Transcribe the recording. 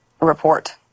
report